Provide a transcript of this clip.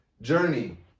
journey